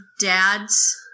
dad's